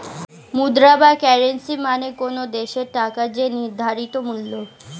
মুদ্রা বা কারেন্সী মানে কোনো দেশের টাকার যে নির্ধারিত মূল্য